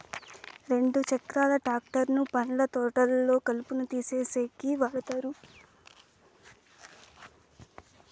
రెండు చక్రాల ట్రాక్టర్ ను పండ్ల తోటల్లో కలుపును తీసేసేకి వాడతారు